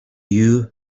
you